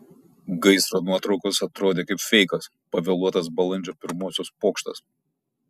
gaisro nuotraukos atrodė kaip feikas pavėluotas balandžio pirmosios pokštas